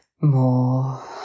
more